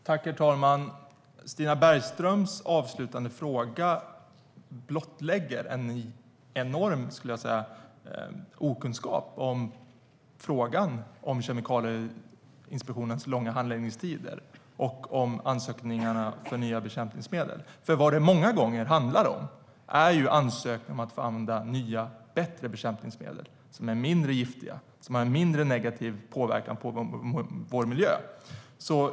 Herr talman! Stina Bergströms avslutande fråga blottlägger en enorm okunskap om frågan om Kemikalieinspektionens långa handläggningstider och om ansökningarna rörande nya bekämpningsmedel. Många gånger handlar det om ansökningar om att få använda nya och bättre bekämpningsmedel, som är mindre giftiga och har mindre negativ påverkan på vår miljö.